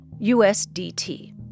USDT